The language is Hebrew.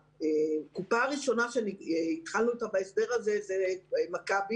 הקופה הראשונה שהתחלנו לעבוד איתה בהסדר הזה היא מכבי,